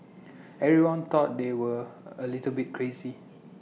everyone thought they were A little bit crazy